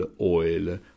oil